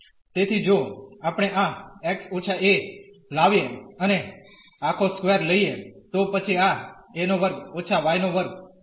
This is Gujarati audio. તેથી જો આપણે આ x − a લાવીએ અને આખો સ્કેવર લઈએ તો પછી આ a¿¿ 2− y2 be હશે